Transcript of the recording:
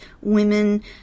women